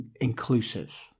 inclusive